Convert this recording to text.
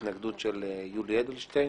התנגדות של יולי אדלשטיין.